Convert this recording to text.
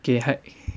给他